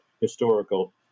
historical